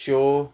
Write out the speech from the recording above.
शेव